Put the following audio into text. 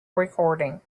recording